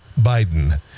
Biden